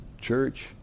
church